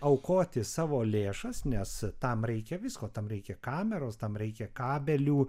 aukoti savo lėšas nes tam reikia visko tam reikia kameros tam reikia kabelių